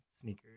sneakers